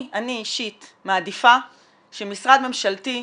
אני אישית מעדיפה שמשרד ממשלתי,